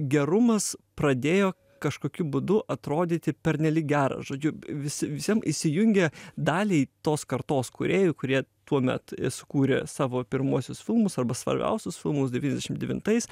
gerumas pradėjo kažkokiu būdu atrodyti pernelyg geras žodžiu visi visiem įsijungė daliai tos kartos kūrėjų kurie tuomet sukūrė savo pirmuosius filmus arba svarbiausius filmus devyniasdešim devintais